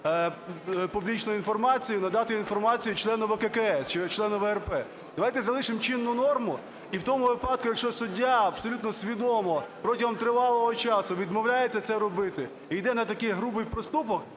публічну інформацію надати інформацію члену ВККС чи члену ВРП. Давайте залишимо чинну норму. І в тому випадку, якщо суддя абсолютно свідомо протягом тривалого часу відмовляється це робити і йде на такий грубий проступок,